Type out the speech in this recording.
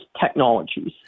technologies